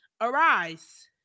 Arise